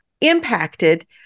impacted